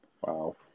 Wow